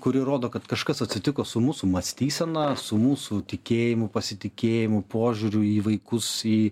kuri rodo kad kažkas atsitiko su mūsų mąstysena su mūsų tikėjimu pasitikėjimu požiūriu į vaikus į